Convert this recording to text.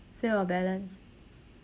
sale of balance